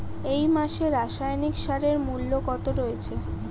এই মাসে রাসায়নিক সারের মূল্য কত রয়েছে?